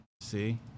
see